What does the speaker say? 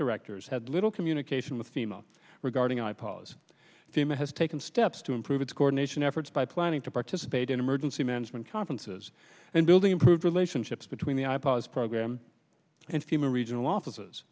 directors had little communication with email regarding i pause team has taken steps to improve its coordination efforts by planning to participate in emergency management conferences and building improved relationships between the i pods program and team regional office